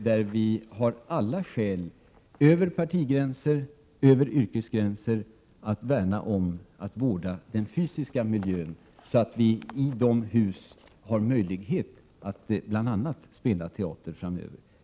Det finns alla skäl till att vi över partigränser, över yrkesgränser, värnar om och vårdar den fysiska miljön, så att vi i dessa hus har möjligheten att bl.a. spela teater framöver.